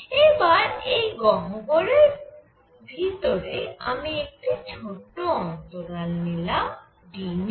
এবার এই গহ্বরের ভিতরে আমি একটি ছোট অন্তরাল নিলাম d ν